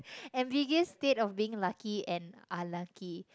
ambiguous state of being lucky and unlucky